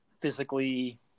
physically